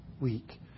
week